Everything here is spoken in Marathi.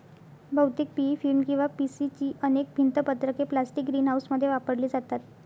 बहुतेक पी.ई फिल्म किंवा पी.सी ची अनेक भिंत पत्रके प्लास्टिक ग्रीनहाऊसमध्ये वापरली जातात